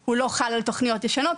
שהוא לא חל על תכניות ישנות,